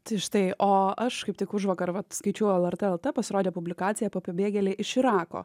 tai štai o aš kaip tik užvakar vat skaičiau lrt lt pasirodė publikacija apie pabėgėlę iš irako